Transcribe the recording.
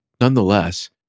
Nonetheless